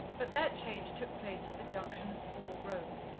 but that change took place at the junction of four roads,